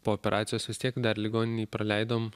po operacijos vis tiek dar ligoninėj praleidom